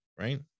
right